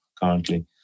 currently